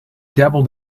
dabbled